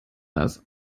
das